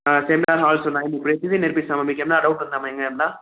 seminar హాల్సున్నాయ్ ప్రతిదీ నేర్పిస్తాం మా మీకు ఏమన్న డౌట్లు ఉందామా ఇంకా ఏమన్న